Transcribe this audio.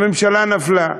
הממשלה נפלה.